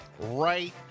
right